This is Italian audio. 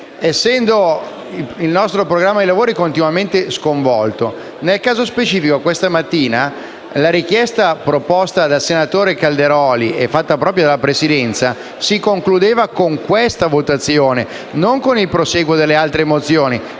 essendo il nostro programma dei lavori continuamente sconvolto. Nel caso specifico, questa mattina la proposta del presidente Calderoli, fatta propria dalla Presidenza, si concludeva con questa votazione e non con il prosieguo delle altre mozioni,